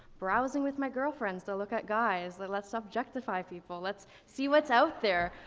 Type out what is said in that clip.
browsing with my girlfriends, they'll look at guys let's let's ah objectify people, let's see what's out there.